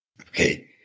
Okay